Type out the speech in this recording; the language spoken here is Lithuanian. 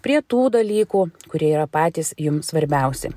prie tų dalykų kurie yra patys jums svarbiausi